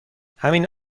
همین